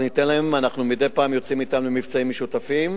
אנחנו מדי פעם יוצאים אתם למבצעים משותפים,